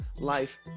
life